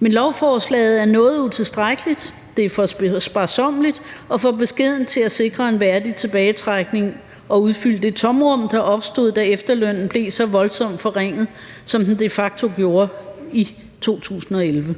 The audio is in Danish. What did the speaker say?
Men lovforslaget er noget utilstrækkeligt, det er for sparsommeligt og for beskedent til at sikre en værdig tilbagetrækning og udfylde det tomrum, der opstod, da efterlønnen blev så voldsomt forringet, som den de facto gjorde i 2011.